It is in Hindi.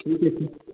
ठीक है सर